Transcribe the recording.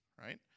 right